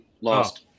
lost